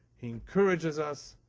he encourages us,